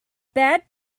bad